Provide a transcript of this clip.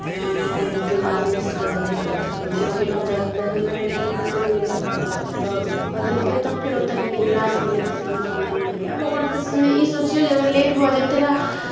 तकर बाद गाँवके दू तीन आदमीसभ बजलै तऽ अथि कएलकै फेर ओतय दरभंगा रेफर कऽ देल गेलै हन तऽ ओतय कऽ देलकै तऽ फेर ओतय कनि इलाज भेलै तऽ कनि समझमे एलै आब ओकर सम्बन्धमे ई सोचिऔ जे अगर लेट भऽ जयतै रहए